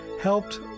helped